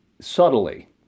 subtly